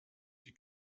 wie